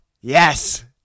yes